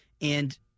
and-